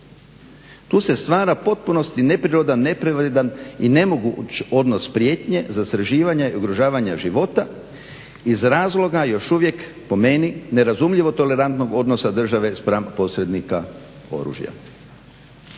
Tu se stvara u potpunosti neprirodan, nepregledan i nemoguć odnos prijetnje, zastrašivanja i ugrožavanja života iz razloga još uvijek po meni nerazumljivo tolerantnog odnosa države spram posrednika oružja.